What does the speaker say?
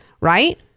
right